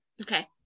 Okay